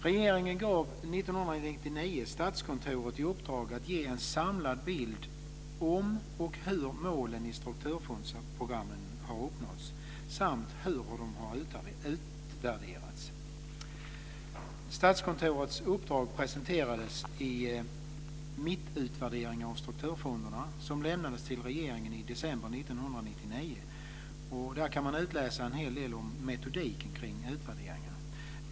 Regeringen gav 1999 Statskontoret i uppdrag att ge en samlad bild om och hur målen i strukturfondsprogrammen har uppnåtts samt hur de har utvärderats. Statskontorets uppdrag presenterades i Mittutvärderingar av strukturfonderna, som lämnades till regeringen i december 1999. Där kan man utläsa en hel del om metodiken kring utvärderingen.